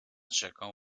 rzeką